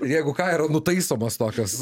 ir jeigu ką yra nutaisomos tokios